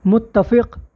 متفق